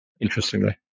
interestingly